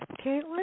Caitlin